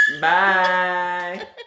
bye